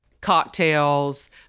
cocktails